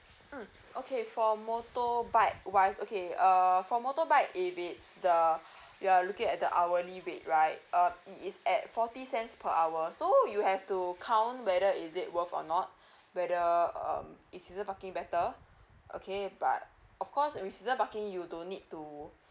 mm okay for motorbike wise okay err for motorbike if it's the you are looking at the hourly rate right uh it is at forty cents per hour so you have to count whether is it worth or not whether um is season parking better okay but of course with season parking you don't need to